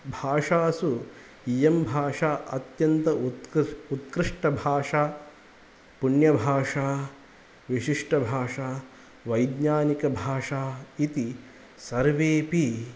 भाषासु इयं भाषा अत्यन्त उत्कृष्ट उत्कृष्टभाषा पुण्यभाषा विशिष्टभाषा वैज्ञानिकभाषा इति सर्वेपि